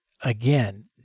again